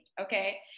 okay